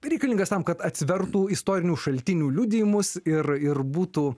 reikalingas tam kad atsvertų istorinių šaltinių liudijimus ir ir būtų